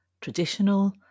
traditional